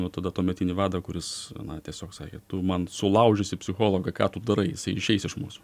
nu tada tuometinį vadą kuris na tiesiog sakė tu man sulaužysi psichologą ką tu darai jisai išeis iš mūsų